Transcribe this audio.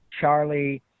Charlie